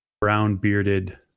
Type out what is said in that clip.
brown-bearded